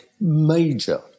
major